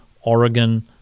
Oregon